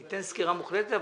תיתן סקירה מוחלטת,